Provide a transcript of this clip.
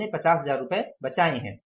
हमने 50 हजार बचाए हैं